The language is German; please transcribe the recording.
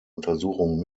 untersuchung